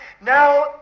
Now